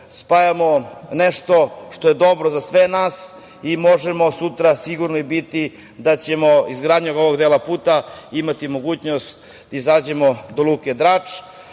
spajamo nešto što je dobro za sve nas i sutra možemo biti sigurni da ćemo izgradnjom ovog dela puta imati mogućnost da izađemo do luke Drač,